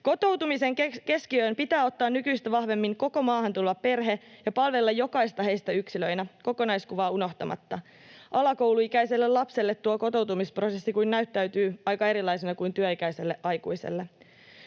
Kotoutumisen keskiöön pitää ottaa nykyistä vahvemmin koko maahan tuleva perhe ja palvella jokaista heistä yksilöinä kokonaiskuvaa unohtamatta, alakouluikäiselle lapselle tuo kotoutumisprosessi kun näyttäytyy aika erilaisena kuin työikäiselle aikuiselle.